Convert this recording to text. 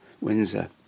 Windsor